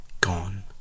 gone